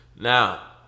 Now